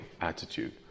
attitude